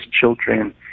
children